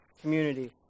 community